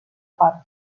part